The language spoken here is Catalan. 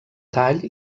tall